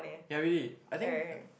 ya really I think